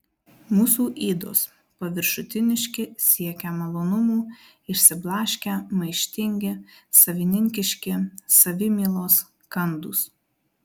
mūsų ydos paviršutiniški siekią malonumų išsiblaškę maištingi savininkiški savimylos kandūs